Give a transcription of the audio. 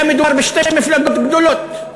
היה מדובר בשתי מפלגות גדולות,